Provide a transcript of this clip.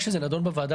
כשזה נדון בוועדה,